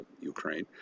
Ukraine